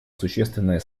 существенное